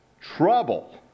Trouble